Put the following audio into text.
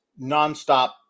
nonstop